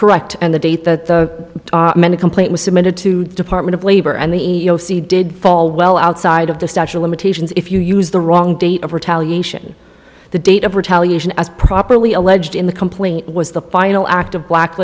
correct and the date that the complaint was submitted to the department of labor and they did fall well outside of the statue of limitations if you use the wrong date of retaliation the date of retaliation as properly alleged in the complaint was the final act of black